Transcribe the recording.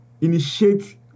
initiate